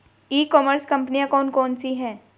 ई commerce कंपनियाँ कौन कौन सी हैं?